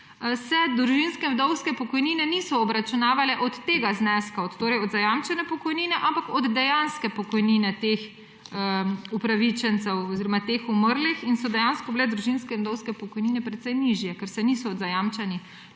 – družinske in vdovske pokojnine niso obračunavale od tega zneska, torej od zajamčene pokojnine, ampak od dejanske pokojnine teh upravičencev oziroma umrlih in so dejansko bile družinske in vdovske pokojnine precej nižje, ker se niso od zajamčene.